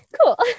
cool